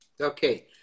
Okay